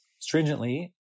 Stringently